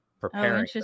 preparing